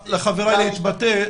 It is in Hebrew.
לאפשר לחבריי להתבטא.